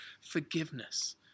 forgiveness